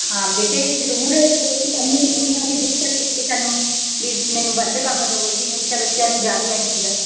ਹਾਂ ਬੇਟੇ ਜ਼ਰੂਰ ਸਗੋਂ ਜੀ ਸਾਨੂੰ ਹੁੰਦਾ ਵੀ ਬੱਚਾ ਕਹੇ ਸਾਨੂੰ ਵੀ ਮੈਨੂੰ ਵੱਧ ਕੰਮ ਦੇਵੋ ਜੀ ਨਹੀਂ ਤਾਂ ਬੱਚਿਆਂ ਨੂੰ ਜ਼ਿਆਦੇ ਆਂਈਂ ਹੁੰਦਾ